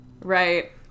Right